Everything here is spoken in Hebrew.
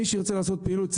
מי שירצה לעשות פעילות,